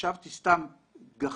חשבתי סתם גחמה,